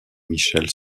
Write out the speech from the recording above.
michelle